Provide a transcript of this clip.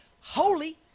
holy